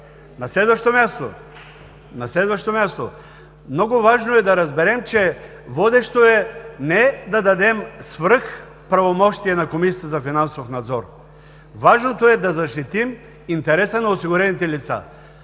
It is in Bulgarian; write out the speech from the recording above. На следващо място, много важно е да разберем, че водещо е не да дадем свръхправомощия на Комисията за финансов надзор. Важното е да защитим интереса на осигурените лица.